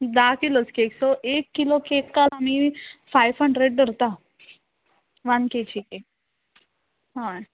धा किलोचो केक सो एक किलो केक काल आमी फायव हंड्रेड धरता वन के जी केक हय